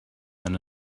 than